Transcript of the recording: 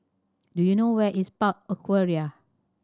do you know where is Park Aquaria